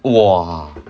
!wah!